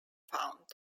found